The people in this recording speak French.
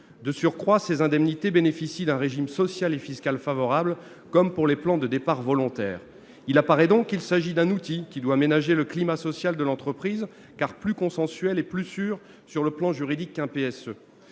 De surcroît, ces indemnités relèvent d'un régime social et fiscal favorable, comme dans le cas des plans de départs volontaires. Il apparaît donc qu'il s'agit d'un outil permettant de ménager le climat social dans l'entreprise, car plus consensuel et plus sûr sur le plan juridique qu'un plan